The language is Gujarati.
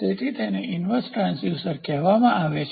તેથી તેને ઈન્વર્સ ટ્રાંસડ્યુસર કહેવામાં આવે છે